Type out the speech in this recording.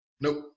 Nope